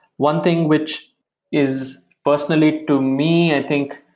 one thing which is personally to me, i think,